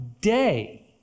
day